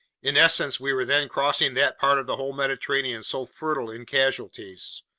in essence, we were then crossing that part of the whole mediterranean so fertile in casualties.